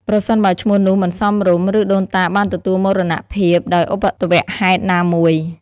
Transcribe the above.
ប្រសិនបើឈ្មោះនោះមិនសមរម្យ ឬដូនតាបានទទួលមរណភាពដោយឧបទ្ទវហេតុណាមួយ។